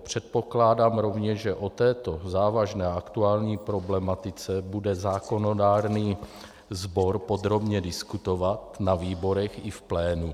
Předpokládám rovněž, že o této závažné a aktuální problematice bude zákonodárný sbor podrobně diskutovat na výborech i v plénu.